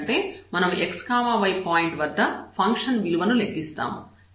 ఎందుకంటే మనం x y point వద్ద ఫంక్షన్ విలువను లెక్కిస్తాము